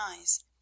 eyes